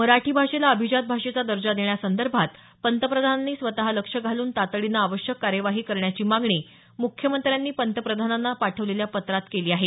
मराठी भाषेला अभिजात भाषेचा दर्जा देण्यासंदर्भात पंतप्रधानांनी स्वतः लक्ष घालून तातडीनं आवश्यक कार्यवाही करण्याची मागणी मुख्यमंत्र्यांनी पंतप्रधानांना पाठवलेल्या पत्रात केली आहे